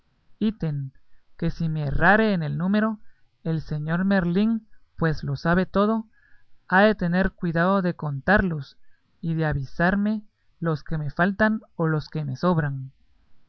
que si me errare en el número el señor merlín pues lo sabe todo ha de tener cuidado de contarlos y de avisarme los que me faltan o los que me sobran